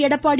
Edappadi